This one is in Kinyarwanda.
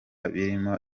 birimo